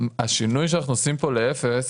השינוי שאנחנו עושים פה לאפס,